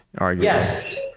Yes